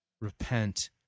repent